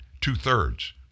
two-thirds